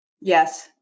Yes